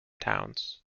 towns